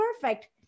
perfect